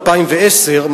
2010,